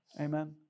Amen